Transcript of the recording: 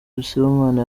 sibomana